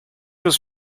was